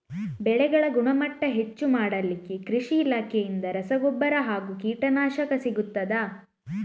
ಬೆಳೆಗಳ ಗುಣಮಟ್ಟ ಹೆಚ್ಚು ಮಾಡಲಿಕ್ಕೆ ಕೃಷಿ ಇಲಾಖೆಯಿಂದ ರಸಗೊಬ್ಬರ ಹಾಗೂ ಕೀಟನಾಶಕ ಸಿಗುತ್ತದಾ?